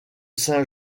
saint